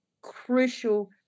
crucial